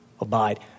abide